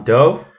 Dove